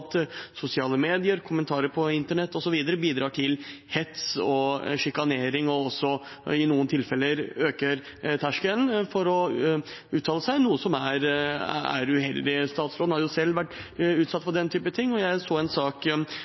sosiale medier, kommentarer på internett osv. bidrar til hets, sjikanering og også i noen tilfeller hever terskelen for å uttale seg, noe som er uheldig. Statsråden har selv vært utsatt for det. Og jeg så en sak